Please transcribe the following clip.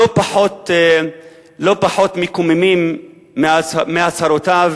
לא פחות מקוממים מהצהרותיו,